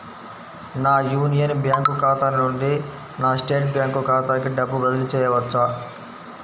నా union bank ఖాతా నుండి నా స్టేట్ బ్యాంకు ఖాతాకి డబ్బు బదిలి చేయవచ్చా?